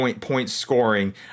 point-scoring